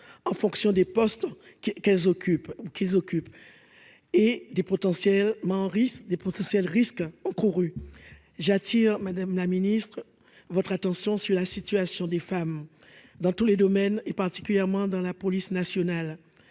et des potentiels Maurice des potentiels risques encourus j'attire, Madame la Ministre votre attention sur la situation des femmes dans tous les domaines et particulièrement dans la police nationale,